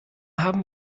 haben